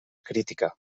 crítica